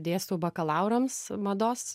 dėstau bakalaurams mados